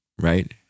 right